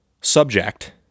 subject